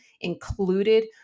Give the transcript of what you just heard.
included